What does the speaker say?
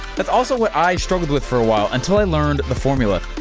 that's also what i struggled with for a while, until i learned the formula.